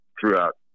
throughout